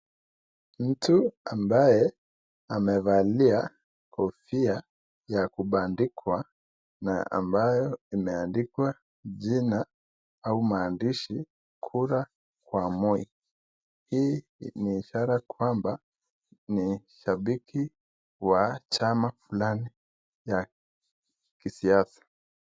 Mtu ambaye amevalia kofia ya kubandikwa ambayo imeandikwa jina au maandishi KURA KWA MOI. Hii ni ishara kuwa ni shabiki wa chama fulani ya kisiasa.